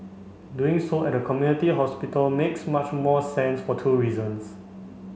doing so at a community hospital makes much more sense for two reasons